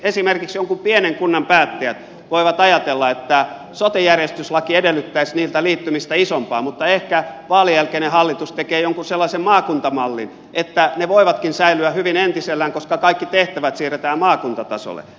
esimerkiksi jonkun pienen kunnan päättäjät voivat ajatella että sote järjestyslaki edellyttäisi niiltä liittymistä isompaan mutta ehkä vaalien jälkeinen hallitus tekee jonkun sellaisen maakuntamallin että ne voivatkin säilyä hyvin entisellään koska kaikki tehtävät siirretään maakuntatasolle